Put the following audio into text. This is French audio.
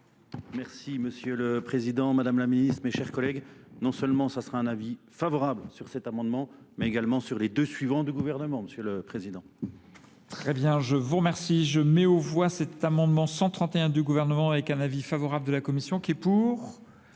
Merci Monsieur le Président, Madame la Ministre, mes chers collègues. Non seulement ce sera un avis favorable sur cet amendement, mais également sur les deux suivants du gouvernement Monsieur le Président. Très bien, je vous remercie. Je mets au voie cet amendement 131 du gouvernement avec un avis favorable de la Commission qui est pour,